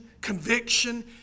conviction